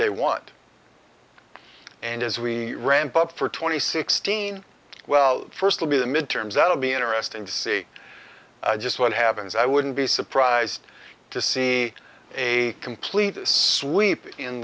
they want and as we ramp up for twenty sixteen well first will be the midterms that will be interesting to see just what happens i wouldn't be surprised to see a complete sweep in